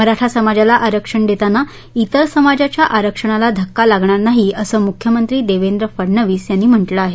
मराठा समाजाला आरक्षण देताना इतर समाजाच्या आरक्षणाला धक्का लागणार नाही असं मुख्यमंत्री देवेंद्र फडनवीस यांनी म्हटलं आहे